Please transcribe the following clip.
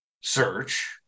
search